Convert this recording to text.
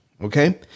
Okay